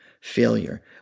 failure